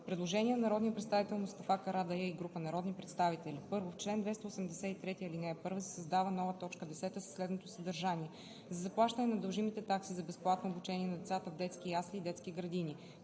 Предложение на народния представител Мустафа Карадайъ и група народни представители: „1. В чл. 283, ал. 1 се създава нова т. 10 със следното съдържание: „За заплащане на дължимите такси за безплатно обучение на децата в детски ясли и детски градини.“